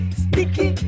sticky